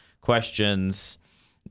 questions